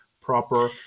proper